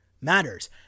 matters